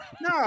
no